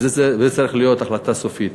זו צריכה להיות החלטה סופית.